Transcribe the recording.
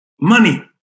Money